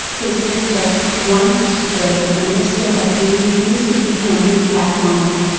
his sister, once she thoroughly understood that he refused to be handicapped longer,